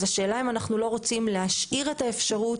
אז השאלה אם אנחנו לא רוצים להשאיר את האפשרות